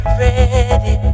ready